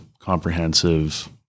Comprehensive